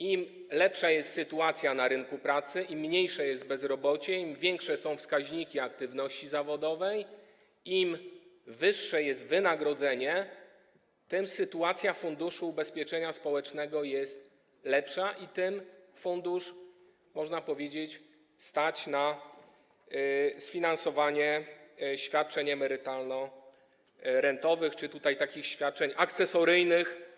Im lepsza jest sytuacja na rynku pracy, im mniejsze jest bezrobocie, im większe są wskaźniki aktywności zawodowej, im wyższe jest wynagrodzenie, tym lepsza jest sytuacja Funduszu Ubezpieczeń Społecznych i ten fundusz, można powiedzieć, stać jest na sfinansowanie świadczeń emerytalno-rentowych czy takich świadczeń akcesoryjnych.